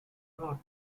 north